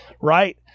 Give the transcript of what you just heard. right